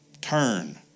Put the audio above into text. Turn